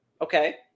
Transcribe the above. Okay